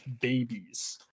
babies